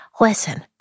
Listen